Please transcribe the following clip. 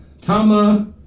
Tama